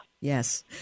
Yes